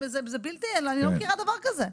אני לא מכירה דבר כזה.